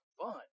fun